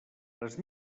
les